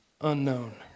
unknown